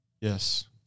yes